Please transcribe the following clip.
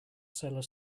cellar